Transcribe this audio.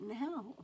now